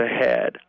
ahead